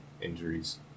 injuries